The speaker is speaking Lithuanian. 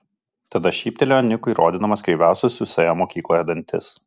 tada šyptelėjo nikui rodydamas kreiviausius visoje mokykloje dantis